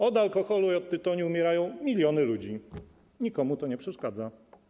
Od alkoholu i od tytoniu umierają miliony ludzi i nikomu to nie przeszkadza.